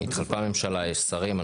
התחלפה הממשלה, יש שרים.